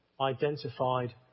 identified